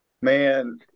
Man